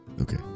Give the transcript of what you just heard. Okay